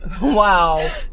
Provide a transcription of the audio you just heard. Wow